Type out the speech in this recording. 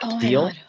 Deal